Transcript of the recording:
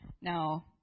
Now